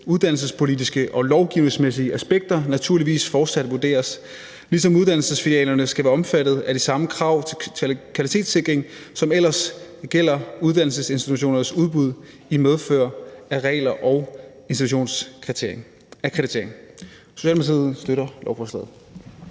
uddannelsepolitiske og lovgivningsmæssige aspekter naturligvis fortsat vurderes, ligesom uddannelsesfilialerne skal være omfattet af de samme krav til kvalitetssikring, som ellers gælder uddannelsesinstitutioners udbud i medfør af regler og institutionsakkreditering. Socialdemokratiet støtter lovforslaget.